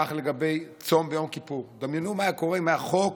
כך לגבי צום ביום כיפור: דמיינו מה היה קורה אם היה חוק